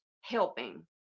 helping